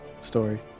story